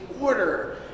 order